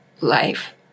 life